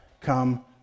come